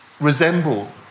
resemble